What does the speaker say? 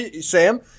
Sam